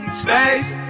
space